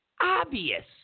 Obvious